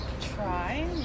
try